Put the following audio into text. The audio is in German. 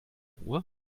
ruhr